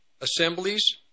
assemblies